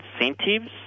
incentives